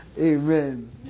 Amen